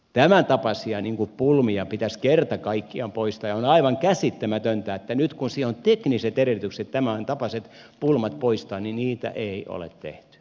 tämän tapaisia pulmia pitäisi kerta kaikkiaan poistaa ja on aivan käsittämätöntä että nyt kun on tekniset edellytykset tämän tapaiset pulmat poistaa niin niitä ei ole tehty